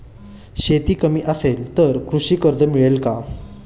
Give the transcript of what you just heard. शेती कमी असेल तर कृषी कर्ज मिळेल का?